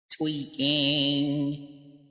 Tweaking